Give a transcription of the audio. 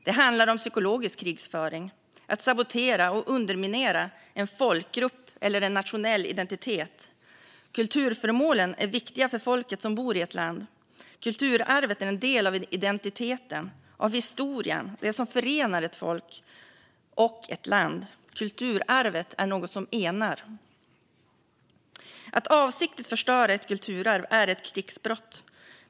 Det handlar om psykologisk krigföring - om att sabotera och underminera en folkgrupp eller en nationell identitet. Kulturföremålen är viktiga för folket som bor i ett land. Kulturarvet är en del av identiteten och av historien. Det är det som förenar ett folk och ett land. Kulturarvet är något som enar. Att avsiktligt förstöra ett kulturarv är ett krigsbrott.